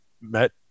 met